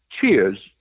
Cheers